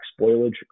spoilage